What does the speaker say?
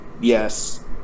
Yes